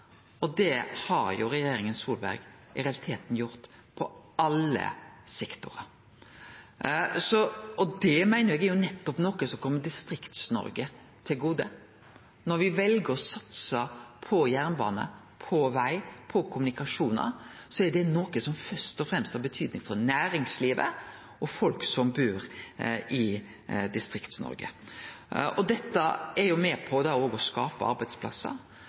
og det har regjeringa Solberg i realiteten gjort på alle sektorar. Det meiner eg er nettopp noko som kjem Distrikts-Noreg til gode. Når me vel å satse på jernbane, på veg, på kommunikasjonar, så er det noko som først og fremst har betydning for næringslivet og folk som bur i Distrikts-Noreg. Dette er med på å skape arbeidsplassar.